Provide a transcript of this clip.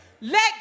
Let